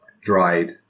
dried